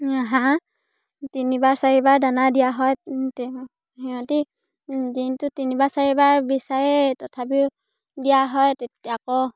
হাঁহ তিনিবাৰ চাৰিবাৰ দানা দিয়া হয় সিহঁতি দিনটোত তিনিবাৰ চাৰিবাৰ বিচাৰে তথাপিও দিয়া হয় আকৌ